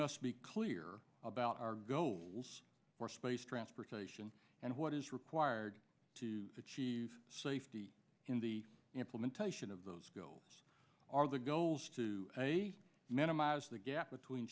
must be clear about our goals for space transportation and what is required to achieve safety in the implementation of those goals are the goals to a minimize the gap between